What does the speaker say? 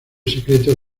secreto